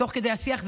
תוך כדי השיח,